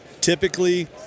typically